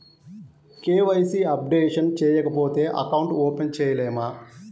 KYC updation చేయకపోతే account open చేయలేమా?